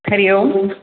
हरिः ओम्